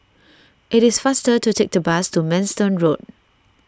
it is faster to take the bus to Manston Road